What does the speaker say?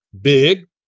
big